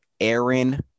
Aaron